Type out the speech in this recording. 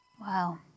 Wow